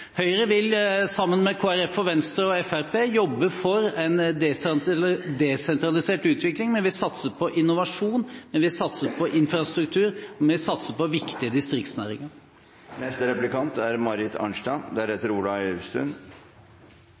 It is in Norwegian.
Høyre vil sammen med Kristelig Folkeparti, Venstre og Fremskrittspartiet jobbe for en desentralisert utvikling. Vi vil satse på innovasjon, vi vil satse på infrastruktur, og vi vil satse på viktige distriktsnæringer. Det er